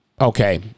okay